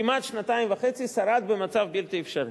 כמעט שנתיים וחצי שרד במצב בלתי אפשרי.